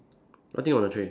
nothing on the tray